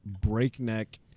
breakneck